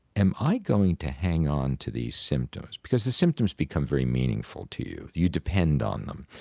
am i going to hang on to these symptoms? because the symptoms become very meaningful to you, you depend on them,